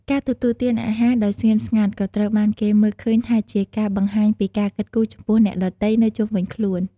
ការទទួលទានអាហារដោយស្ងៀមស្ងាត់ក៏ត្រូវបានគេមើលឃើញថាជាការបង្ហាញពីការគិតគូរចំពោះអ្នកដទៃនៅជុំវិញខ្លួន។